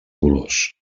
colors